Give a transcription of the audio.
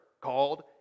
called